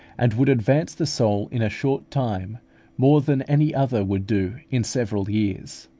and would advance the soul in a short time more than any other would do in several years.